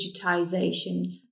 digitization